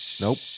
Nope